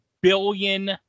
billion